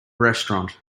restaurant